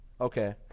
Okay